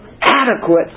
adequate